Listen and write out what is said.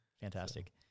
fantastic